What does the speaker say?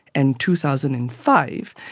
and two thousand and five.